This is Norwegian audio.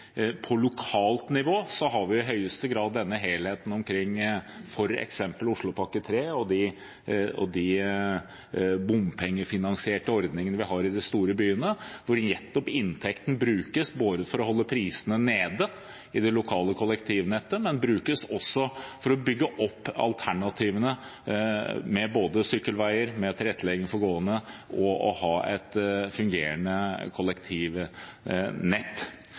På lokalt nivå har vi i høyeste grad denne helheten omkring f.eks. Oslopakke 3 og de bompengefinansierte ordningene vi har i de store byene, hvor inntekten nettopp brukes både for å holde prisene nede i det lokale kollektivnettet og for å bygge opp alternativene: sykkelveier, tilrettelegging for gående og et fungerende kollektivnett.